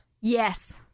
Yes